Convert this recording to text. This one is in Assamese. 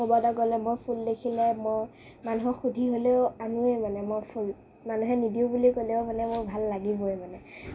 ক'ৰবালৈ গ'লে মই ফুল দেখিলে মই মানুহক সুধি হ'লেও আনোৱে মানে মই ফুল মানুহে নিদিও বুলি ক'লেও মানে মোৰ ভাল লাগিবই মানে